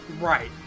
Right